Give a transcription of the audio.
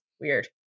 Weird